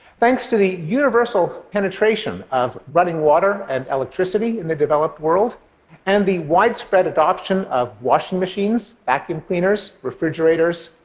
thanks to the universal penetration of running water and electricity in the developed world and the widespread adoption of washing machines, vacuum cleaners, refrigerators,